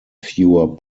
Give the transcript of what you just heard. fewer